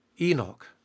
enoch